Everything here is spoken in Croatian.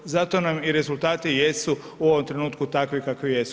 Zato nam i rezultati jesu u ovom trenutku takvi kakvi jesu.